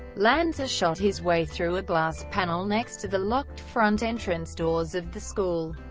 lanza shot his way through a glass panel next to the locked front entrance doors of the school.